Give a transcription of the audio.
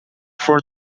for